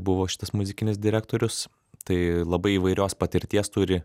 buvo šitas muzikinis direktorius tai labai įvairios patirties turi